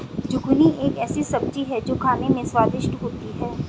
zucchini एक ऐसी सब्जी है जो खाने में स्वादिष्ट होती है